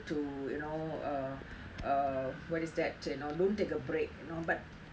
to you know err err what is that you know don't take a break you know but